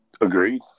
Agreed